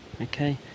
okay